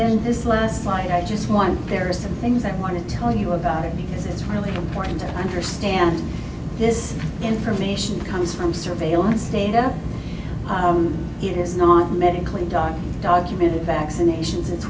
then this last slide i just want there are some things that want to tell you about it because it's really important to understand this information comes from surveillance data it is not medically dog documented vaccinations i